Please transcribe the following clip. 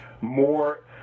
more